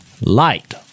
light